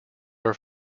are